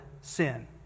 sin